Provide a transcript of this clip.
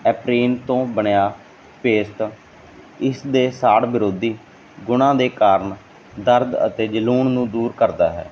ਐਪ੍ਰੀਨ ਤੋਂ ਬਣਿਆ ਪੇਸਟ ਇਸ ਦੇ ਸਾੜ ਵਿਰੋਧੀ ਗੁਣਾਂ ਦੇ ਕਾਰਨ ਦਰਦ ਅਤੇ ਜਲੂਣ ਨੂੰ ਦੂਰ ਕਰਦਾ ਹੈ